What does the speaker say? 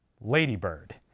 Ladybird